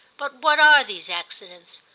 but what are these accidents,